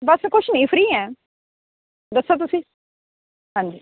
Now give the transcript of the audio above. ਬਸ ਕੁਛ ਨਹੀਂ ਫਰੀ ਹੈ ਦੱਸੋ ਤੁਸੀਂ ਹਾਂਜੀ